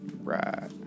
Right